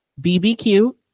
bbq